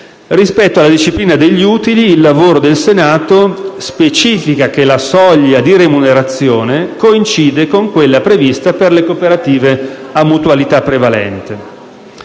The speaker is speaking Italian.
Rispetto alla disciplina degli utili, il lavoro del Senato specifica che la soglia di remunerazione coincide con quella prevista per le cooperative a mutualità prevalente